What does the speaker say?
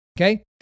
okay